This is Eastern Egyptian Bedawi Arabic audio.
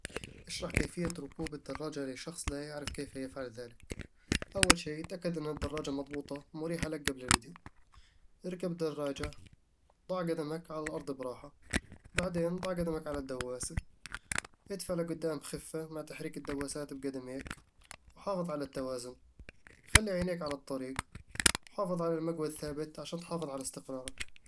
اشرح كيفية ركوب الدراجة لشخص لا يعرف كيف يفعل ذلك. أول شي، تأكد إن الدراجة مضبوطة ومريحة لك قبل البدء اركب الدراجة وضع قدمك على الأرض براحه، وبعدين ضع قدمك على الدواسة ادفع قدام بخفة مع تحريك الدواسات بقدميك وحافظ على التوازن خلي عينيك على الطريق، وحافظ على المقود ثابت عشان تحافظ على استقرارك